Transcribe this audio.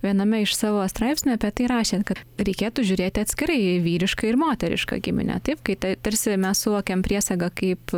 viename iš savo straipsnių apie tai rašėt kad reikėtų žiūrėti atskirai jei vyrišką ir moterišką giminę taip kaip ta tarsi mes suvokiam priesagą kaip